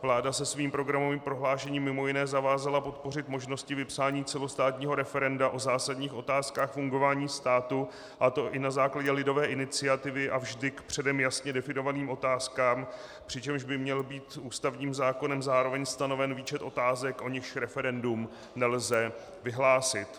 Vláda se svým programovým prohlášením mj. zavázala podpořit možnosti vypsání celostátního referenda o zásadních otázkách fungování státu, a to i na základě lidové iniciativy a vždy k předem jasně definovaným otázkám, přičemž by měl být ústavním zákonem zároveň stanoven výčet otázek, o nichž referendum nelze vyhlásit.